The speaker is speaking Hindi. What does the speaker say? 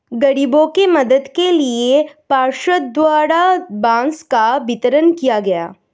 गरीबों के मदद के लिए पार्षद द्वारा बांस का वितरण किया गया